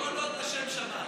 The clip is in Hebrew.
כל עוד זה לשם שמיים.